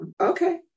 Okay